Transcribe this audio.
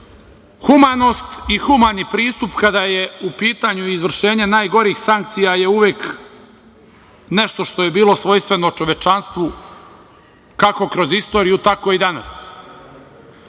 Humanost i humani pristup kada je u pitanju izvršenje najgorih sankcija je uvek nešto što je bilo svojstveno čovečanstvu, kako kroz istoriju, tako i danas.